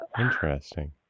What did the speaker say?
Interesting